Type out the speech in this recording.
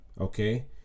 Okay